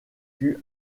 fut